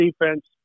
defense